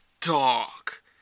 dark